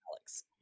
Alex